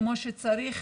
כמו שצריך,